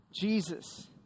Jesus